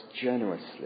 generously